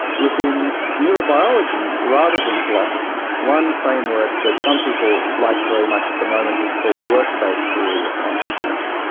within neurobiology rather than philosophy, one framework that some people like very much at the moment is called the works-based theory of consciousness,